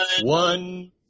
one